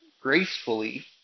gracefully